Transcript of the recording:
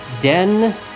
Den